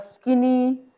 skinny